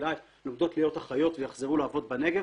ברזילי והן עומדות להיות אחיות וילכו לעבוד בנגב.